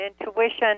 intuition